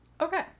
Okay